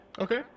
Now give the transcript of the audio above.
Okay